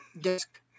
Desk